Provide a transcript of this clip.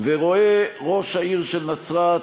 ורואה ראש העיר של נצרת,